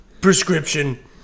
prescription